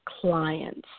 clients